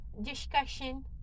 discussion